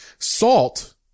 Salt